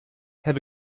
have